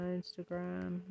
Instagram